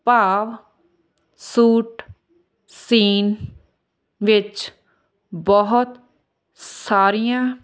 ਭਾਵ ਸੂਟ ਸਿਊਣ ਵਿੱਚ ਬਹੁਤ ਸਾਰੀਆਂ